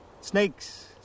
Snakes